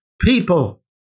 people